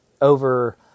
over